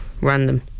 random